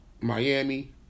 Miami